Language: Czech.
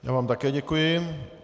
Já vám také děkuji.